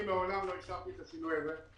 ראשית, אני מעולם לא אישרתי את השינוי הזה.